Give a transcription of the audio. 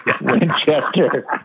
Winchester